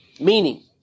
Meaning